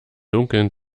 dunkeln